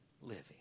living